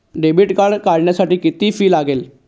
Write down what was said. Debit card काढण्यासाठी किती fee लागते?